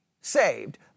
saved